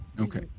Okay